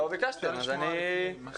--- אני רוצה לשמוע לפני.